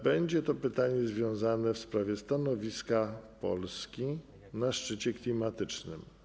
Będzie to pytanie w sprawie stanowiska Polski na szczycie klimatycznym.